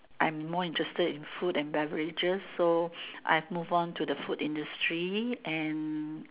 I am more interested in food and beverages so I have move on to the food industries and